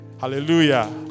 Hallelujah